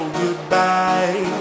goodbye